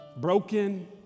broken